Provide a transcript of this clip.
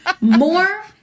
more